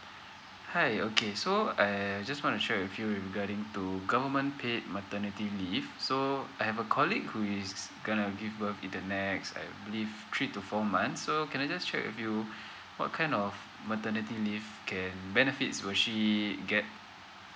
hi okay so uh I just want to check with you regarding to government paid maternity leave so I have a colleague who is gonna give birth in the next I believe three to four months so can I just check with you what kind of maternity leave can benefit will she get